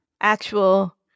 actual